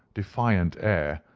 defiant air,